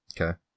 Okay